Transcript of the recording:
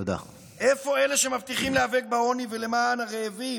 איפה אלה שמבטיחים להיאבק בעוני ולמען הרעבים?